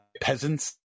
peasants